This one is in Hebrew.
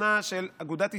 של אגודת ישראל,